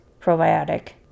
probiotic